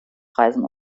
preisen